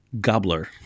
gobbler